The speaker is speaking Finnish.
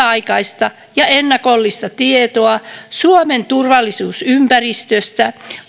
aikaista ja ennakollista tietoa suomen turvallisuusympäristöstä